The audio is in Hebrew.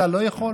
אתה לא יכול,